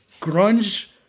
Grunge